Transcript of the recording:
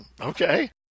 Okay